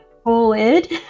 Forward